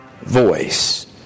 voice